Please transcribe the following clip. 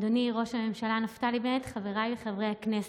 אדוני ראש הממשלה נפתלי בנט, חבריי חברי הכנסת,